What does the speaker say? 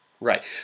Right